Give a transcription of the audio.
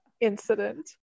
incident